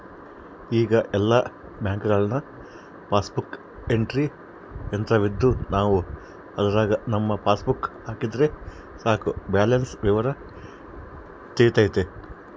ಈಗ ಎಲ್ಲ ಬ್ಯಾಂಕ್ನಾಗ ಪಾಸ್ಬುಕ್ ಎಂಟ್ರಿ ಯಂತ್ರವಿದ್ದು ನಾವು ಅದರಾಗ ನಮ್ಮ ಪಾಸ್ಬುಕ್ ಹಾಕಿದರೆ ಸಾಕು ಬ್ಯಾಲೆನ್ಸ್ ವಿವರ ತಿಳಿತತೆ